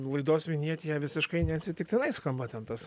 laidos vinjetėje visiškai neatsitiktinai skamba ten tas